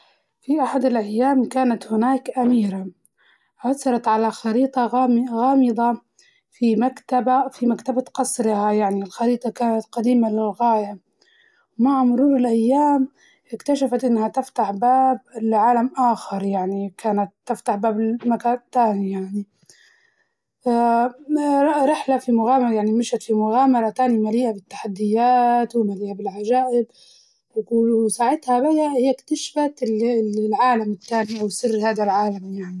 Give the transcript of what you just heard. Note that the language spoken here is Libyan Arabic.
في أحد الأيام كانت هناك أميرة، عثرت على خريطة غام- غامضة في مكتبة في مكتبة قصرها يعني الخريطة كانت قديمة للغاية، مع مرور الأيام اكتشفت إنها تفتح باب لعالم آخر يعني كانت تفتح باب لمكان تاني يعني رحلة في مغامرة، يعني مشيت في مغامرة تاني مليئة بالتحديات ومليئة بالعجائب وك- وساعتها بد- هي اكتشفت ال- ال- العالم التاني أو سر هدا العالم يعني.